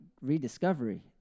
rediscovery